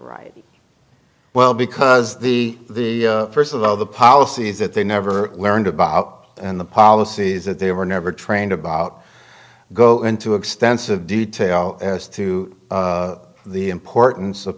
variety well because the first of all the policies that they never learned about and the policies that they were never trained about go into extensive detail as to the importance of